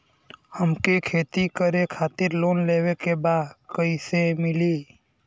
हमके खेती करे खातिर लोन लेवे के बा कइसे मिली?